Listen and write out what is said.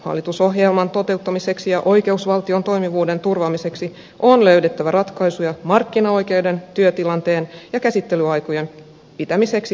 hallitusohjelman toteuttamiseksi ja oikeusvaltion toimivuuden turvaamiseksi on löydettävä ratkaisuja markkinaoikeuden työtilanteen ja käsittelyaikojen pitämiseksi kohtuullisella tasolla